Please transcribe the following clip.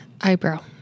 Eyebrow